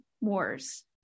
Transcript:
wars